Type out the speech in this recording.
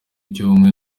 cy’ubumwe